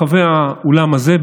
באולם הזה,